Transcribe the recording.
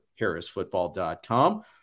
harrisfootball.com